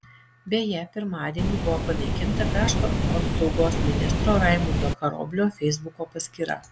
beje pirmadienį buvo panaikinta krašto apsaugos ministro raimundo karoblio feisbuko paskyra